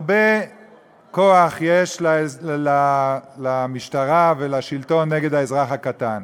הרבה כוח יש למשטרה ולשלטון נגד האזרח הקטן.